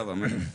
אמן.